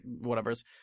whatever's